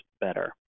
better